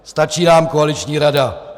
Stačí nám koaliční rada.